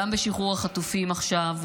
גם בשחרור החטופים עכשיו,